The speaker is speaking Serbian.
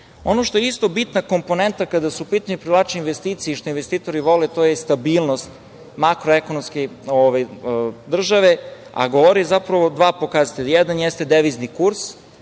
što je isto bitna komponenta kada su u pitanju privlačenje investicija i što investitori vole, a to je stabilnost makroekonomske države, a o tome govore zapravo dva pokazatelja. Jedan jeste devizni kurs,